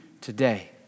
today